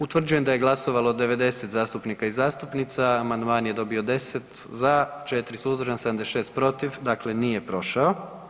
Utvrđujem da je glasovalo 90 zastupnika i zastupnica, amandman je dobio 10 za, 4 suzdržan, 76 protiv, dakle nije prošao.